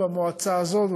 במועצה הזאת,